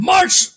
March